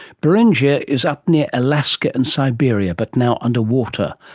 beringia is up near alaska and siberia, but now underwater.